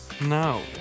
No